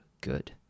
Good